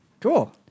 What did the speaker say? Cool